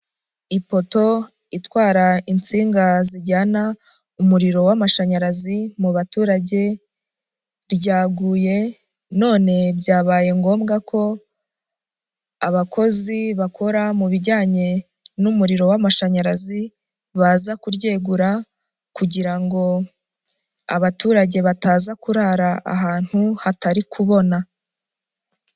Ipoto itwara insinga zijyana umuriro w'amashanyarazi mu baturage, ryaguye none byabaye ngombwa ko abakozi bakora mu bijyanye n'umuriro w' amashanyarazi, baza kuryegura kugira ngo abaturage bataza kurara ahantu hatari kubona.